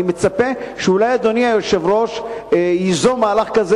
אני מצפה שאולי אדוני היושב-ראש ייזום מהלך כזה.